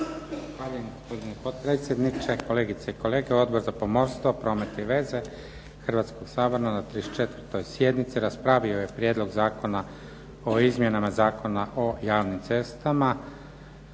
gospodine potpredsjedniče. Kolegice i kolege. Odbor za pomorstvo, promet i veze Hrvatskoga sabora na 34. sjednici raspravio je Prijedlog zakona o izmjenama Zakona o javnim cestama